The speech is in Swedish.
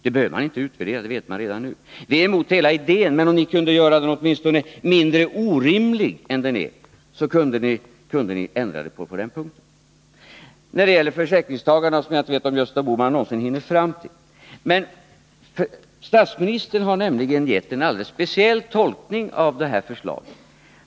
Det behöver man inte utreda. Det vet man redan nu. Vi är emot hela idén, men om ni åtminstone ville göra den mindre orimlig än den är, så kunde ni företa en ändring på den här punkten. Sedan gäller det försäkringstagarna, som jag inte vet om Gösta Bohman någonsin hinner fram till. Statsministern har nämligen gett en alldeles speciell tolkning av det här förslaget.